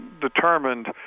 determined